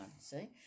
See